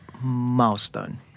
milestone